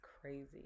crazy